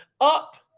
up